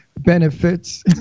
benefits